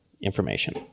information